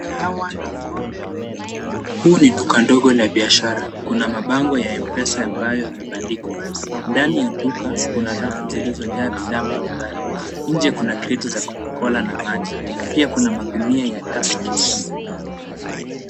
Hii ni duka ndogo la biashara ,kuna mabango ya Mpesa ambayo yamebandikwa ,ndani ya duka kuna rafu zilizojaa bidhaa mbalimbali, nje kuna kreti za Coca-cola na maji ,pia kuna magunia ya Tuskys .